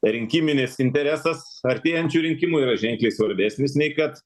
rinkiminis interesas artėjančių rinkimų yra ženkliai svarbesnis nei kad